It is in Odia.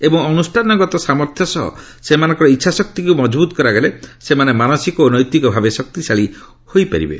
ଏବଂ ଅନୁଷ୍ଠାନଗତ ସାମର୍ଥ୍ୟ ସହ ସେମାନଙ୍କର ଇଚ୍ଛାଶକ୍ତିକୁ ମଜବୁତ କରାଗଲେ ସେମାନେ ମାନସିକ ଓ ନୈତିକ ଭାବେ ଶକ୍ତିଶାଳୀ ହୋଇପାରିବେ